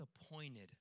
disappointed